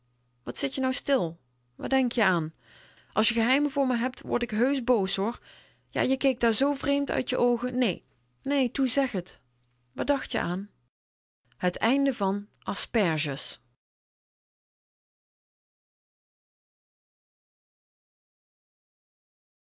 wat zit je nou stil waar denk je aan als je geheimen voor me heb word ik héusch boos hoor ja je keek daar zoo vréémd uit je oogen nee toe zeg t waar dacht je aan